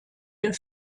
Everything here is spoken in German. der